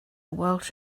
welsh